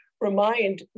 remind